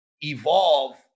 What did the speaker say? evolve